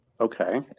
Okay